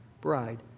bride